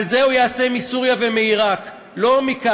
אבל את זה הוא יעשה מסוריה ומעיראק, לא מכאן.